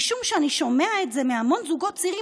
משום שאני שומע את זה מהמון זוגות צעירים.